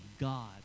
God